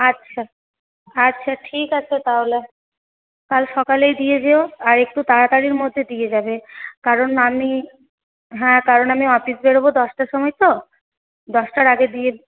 আচ্ছা আচ্ছা ঠিক আছে তাহলে কাল সকালেই দিয়ে যেও আর একটু তাড়াতাড়ির মধ্যে দিয়ে যাবে কারণ আমি হ্যাঁ কারণ আমি অফিস বেরবো দশটার সময় তো দশটার আগে দিয়ে